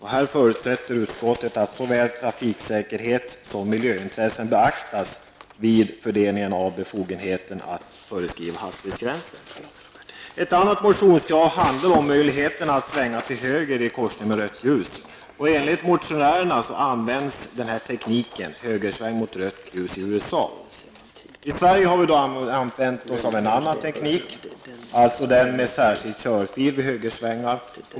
Här förutsätter utskottet att såväl trafiksäkerhet som miljöintressen beaktas vid fördelning av befogenheten att föreskriva hastighetsgränser. Ett annat motionskrav handlar om möjligheten att svänga till höger i korsning med rött ljus. Enligt motionärerna används tekniken högersväng mot rött ljus i USA. I Sverige har vi använt oss av annan teknik, alltså den med särskild körfil vid högersvängar.